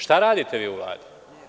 Šta radite vi u Vladi?